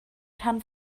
rhan